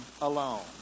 alone